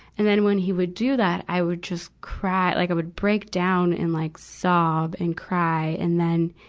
and then when he would do that, i would just cry, like i would breakdown and like sob and cry. and then,